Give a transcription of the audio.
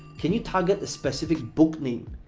can you target the specific book name?